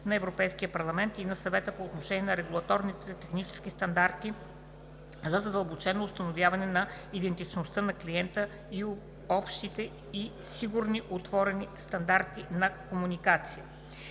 на Европейския парламент и на Съвета по отношение на регулаторните технически стандарти за задълбоченото установяване на идентичността на клиента и общите и сигурни отворени стандарти на комуникация